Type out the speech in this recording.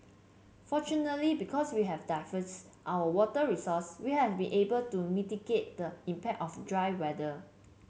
fortunately because we have diversified our water resources we have been able to mitigate the impact of drier weather